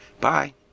Bye